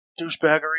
douchebaggery